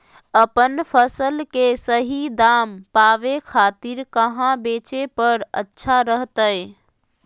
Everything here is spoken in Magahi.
अपन फसल के सही दाम पावे खातिर कहां बेचे पर अच्छा रहतय?